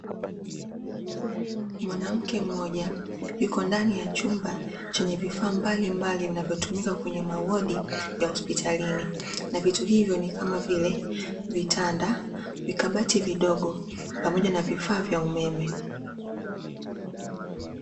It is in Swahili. Mwanamke mmoja yuko ndani ya chumba chenye vifaa mbalimbali vinavyotumika kwenye mawodi za hospitalini na vitu hivyo ni kama vile vitanda, vikabati vidogo, pamoja na vifaa vya umeme.